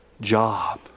Job